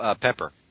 Pepper